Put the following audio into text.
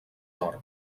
nord